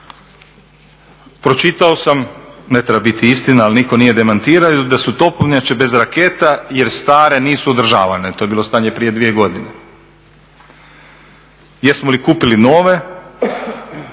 Pročitao sam ne treba biti istina ali nitko nije demantirao da su topovnjače bez raketa jer stare nisu održavane, to je bilo stanje prije 2 godine. Jesmo li kupili nove?